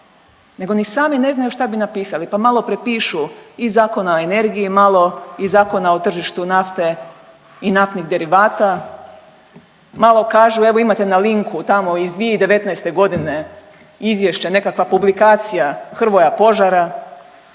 nego ni sami ne znaju šta bi napisali, pa malo prepišu iz Zakona o energiji malo iz Zakona o tržištu nafte i naftnih derivata, malo kažu imate na linku tamo iz 2019.g. izvješće nekakva publikacija Hrvoja Požara